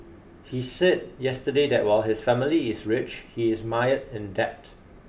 he said yesterday that while his family is rich he is mired in debt